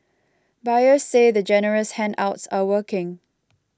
buyers say the generous handouts are working